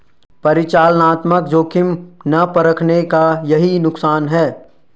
परिचालनात्मक जोखिम ना परखने का यही नुकसान है